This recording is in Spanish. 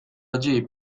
allí